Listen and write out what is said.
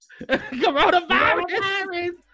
Coronavirus